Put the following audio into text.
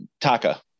Taka